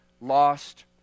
lost